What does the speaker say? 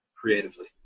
creatively